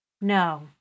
No